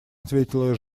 ответила